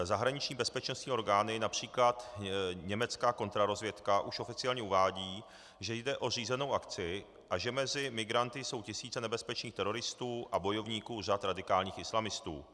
Zahraniční bezpečnostní orgány, například německá kontrarozvědka, už oficiálně uvádějí, že jde o řízenou akci a že mezi migranty jsou tisíce nebezpečných teroristů a bojovníků z řad radikálních islamistů.